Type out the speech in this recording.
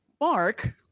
Mark